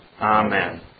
Amen